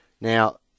Now